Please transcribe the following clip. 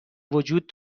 وجود